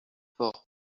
fort